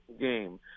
game